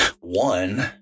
one